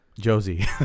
Josie